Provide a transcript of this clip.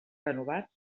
renovat